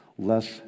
less